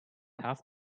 have